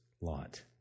Lot